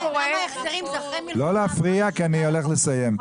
--- לא להפריע כי אני עומד לסיים.